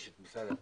יש את משרד הפנים,